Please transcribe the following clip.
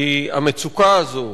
כי המצוקה הזאת,